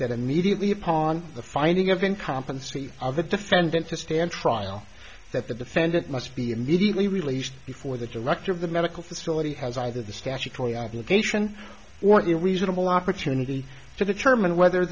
that immediately upon the finding of incompetency of the defendant to stand trial that the defendant must be immediately released before the director of the medical facility has either the statutory obligation or a reasonable opportunity to determine whether